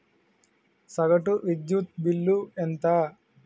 సగటు విద్యుత్ బిల్లు ఎంత?